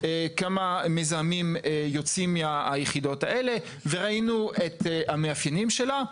כמה מזהמים יוצאים מהיחידות האלה וראינו את המאפיינים שלה.